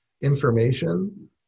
information